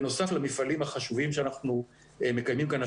בנוסף למפעלים החשובים שאנחנו מקיימים כאן,